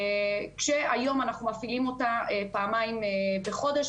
כשהיום אנחנו מפעילים אותה פעמיים בחודש,